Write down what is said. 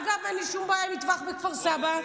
אגב, אין לי שום בעיה עם מטווח בכפר סבא.